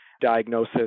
diagnosis